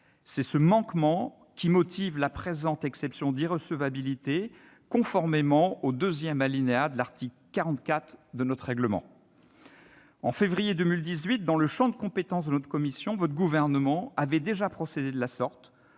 C'est ce manquement qui motive le dépôt de la présente motion, conformément au troisième alinéa de l'article 44 de notre règlement. En février 2018, dans le champ de compétence de notre commission, le Gouvernement avait déjà procédé de la sorte